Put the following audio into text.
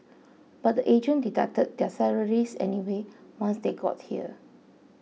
but the agent deducted their salaries anyway once they got here